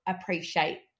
appreciate